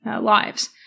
lives